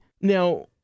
Now